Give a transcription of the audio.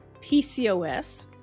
PCOS